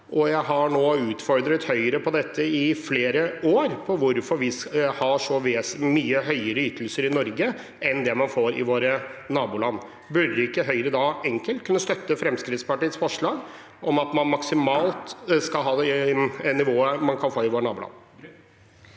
Jeg har nå utfordret Høyre på dette i flere år – på hvorfor vi har så mye høyere ytelser i Norge enn det man får i våre naboland. Burde ikke Høyre enkelt kunne støtte Fremskrittspartiets forslag om at man maksimalt skal ha det nivået man kan få i våre naboland?